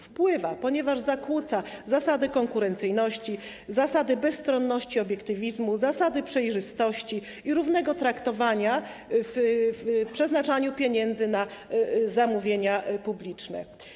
Wpływa, ponieważ zakłóca zasady konkurencyjności, zasady bezstronności i obiektywizmu, zasady przejrzystości i równego traktowania w przeznaczaniu pieniędzy na zamówienia publiczne.